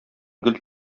гөл